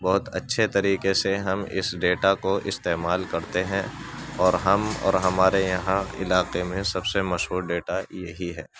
بہت اچھے طریقے سے ہم اس ڈیٹا کو استعمال کرتے ہیں اور ہم اور ہمارے یہاں علاقے میں سب سے مشہور ڈیٹا یہی ہے